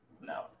No